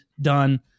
done